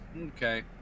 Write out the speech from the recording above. Okay